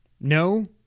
No